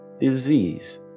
disease